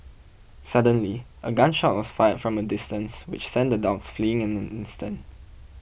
suddenly a gun shot was fired from a distance which sent the dogs fleeing in an instant